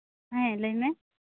ᱦᱮᱸ ᱞᱟᱹᱭ ᱢᱮ